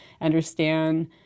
understand